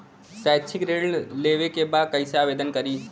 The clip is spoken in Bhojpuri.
शैक्षिक ऋण लेवे के बा कईसे आवेदन करी?